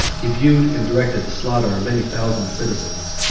he viewed and directed the slaughter of many thousand citizens,